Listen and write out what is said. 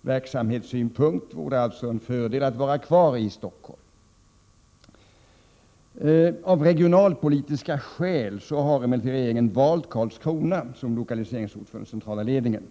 verk samhetssynpunkt vore det alltså en fördel att vara kvar i Stockholm. Av regionalpolitiska skäl har regeringen emellertid valt Karlskrona som lokaliseringsort för den centrala ledningen.